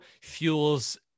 fuels